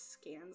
scans